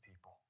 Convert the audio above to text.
people